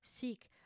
Seek